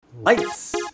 Lights